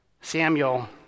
Samuel